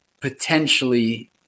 potentially